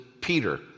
Peter